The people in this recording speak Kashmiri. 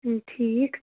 ٹھیٖک